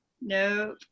No